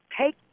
Take